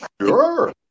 Sure